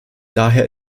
daher